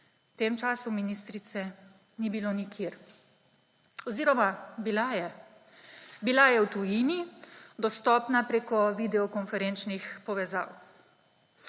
v tem času ministrice ni bilo nikjer. Oziroma bila je, bila je v tujini dostopna prek videokonferenčnih povezav.